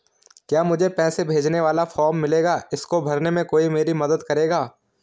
क्या मुझे पैसे भेजने वाला फॉर्म मिलेगा इसको भरने में कोई मेरी मदद करेगा?